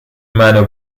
منو